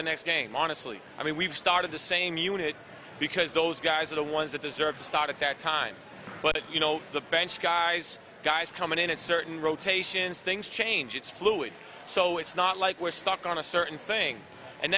the next game honestly i mean we've started the same unit because those guys are the ones that deserve to start at that time but you know the bench guys guys coming in at certain rotations things change it's fluid so it's not like we're stuck on a certain thing and